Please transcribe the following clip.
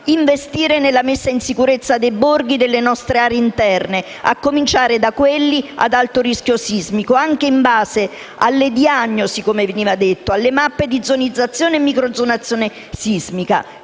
investire nella messa in sicurezza dei borghi delle nostre aree interne, a cominciare da quelle ad alto rischio sismico, anche in base alle diagnosi - come veniva detto - alle mappe di zonizzazione e microzonazione sismica.